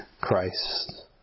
Christ